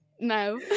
No